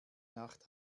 nacht